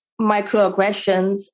microaggressions